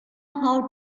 how